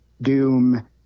doom